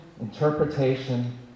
interpretation